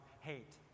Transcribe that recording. hate